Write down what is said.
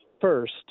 first